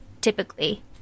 typically